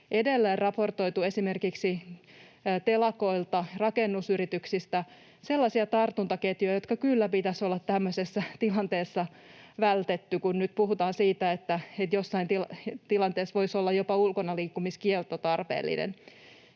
edelleen raportoitu esimerkiksi telakoilta ja rakennusyrityksistä sellaisia tartuntaketjuja, jotka kyllä pitäisi olla tämmöisessä tilanteessa vältetty, kun nyt puhutaan siitä, että jossain tilanteessa voisi olla jopa ulkonaliikkumiskielto tarpeellinen.